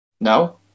No